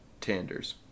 Tanders